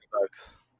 bucks